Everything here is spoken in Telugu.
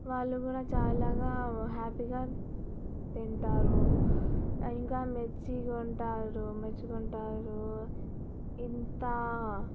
వాళ్ళు కూడా చాలా హ్యాపీగా తింటారు ఇంకా మెచ్చుకుంటారు మెచ్చుకుంటారు ఇంత